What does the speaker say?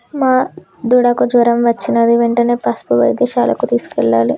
మా దూడకు జ్వరం వచ్చినది వెంటనే పసుపు వైద్యశాలకు తీసుకెళ్లాలి